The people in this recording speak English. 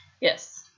yes